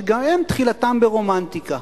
שגם הן תחילתן ברומנטיקה.